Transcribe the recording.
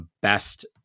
best